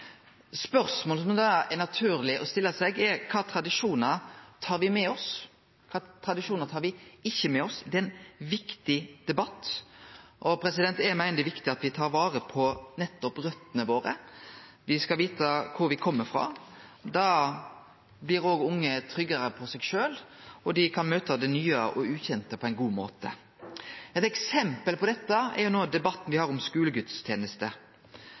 Spørsmålet som da er naturleg å stille seg, er: Kva tradisjonar tar vi med oss, kva tradisjonar tar me ikkje med oss? Det er ein viktig debatt, og eg meiner det er viktig at me tar vare på nettopp røtene våre. Me skal vite kvar vi kjem frå. Da blir òg unge tryggare på seg sjølve, og dei kan møte det nye og ukjende på ein god måte. Eit eksempel på dette er debatten me har om skulegudstenester.